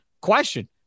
question